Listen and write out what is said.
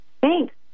Thanks